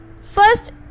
first